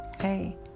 hey